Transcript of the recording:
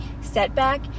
setback